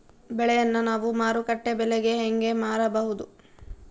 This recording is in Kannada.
ಬೆಳೆಯನ್ನ ನಾವು ಮಾರುಕಟ್ಟೆ ಬೆಲೆಗೆ ಹೆಂಗೆ ಮಾರಬಹುದು?